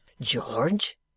George